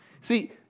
See